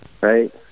Right